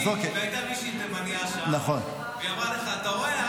הייתה מישהי תימנייה שם, והיא אמרה לך: אתה רואה?